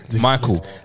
Michael